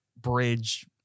bridge